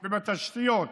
ובתשתיות,